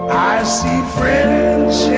i see friends